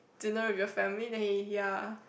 dinner with your family then he ya